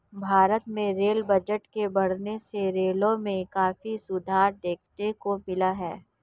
भारत में rail budget के बढ़ने से रेलों में काफी सुधार देखने को मिला है